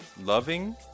Loving